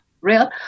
real